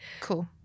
cool